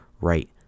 right